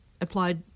applied